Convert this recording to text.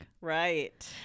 Right